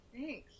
Thanks